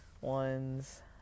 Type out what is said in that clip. ones